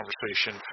conversation